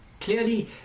clearly